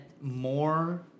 more